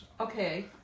Okay